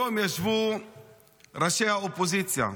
היום ישבו ראשי האופוזיציה,